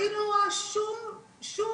אני לא רואה שום קמפיין,